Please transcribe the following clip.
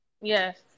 Yes